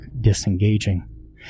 disengaging